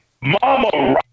Mama